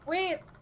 Wait